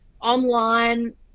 online